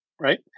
right